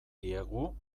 diegu